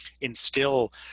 instill